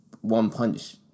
one-punch